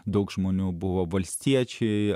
daug žmonių buvo valstiečiai